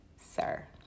Sir